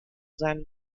seinem